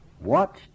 watched